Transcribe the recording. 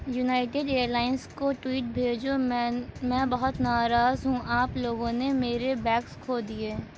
United Airlines کو tweet بھیجو میں میں بہت ناراض ہوں آپ لوگوں نے میرے بیگز کھو دیے